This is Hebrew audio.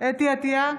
חוה אתי עטייה,